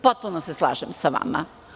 Potpuno se slažem sa vama.